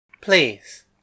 Please